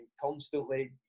constantly